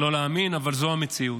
לא להאמין, אבל זו המציאות.